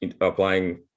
applying